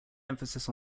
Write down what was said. emphasis